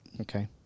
Okay